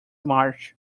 march